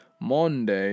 Monday